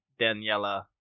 Daniela